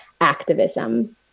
activism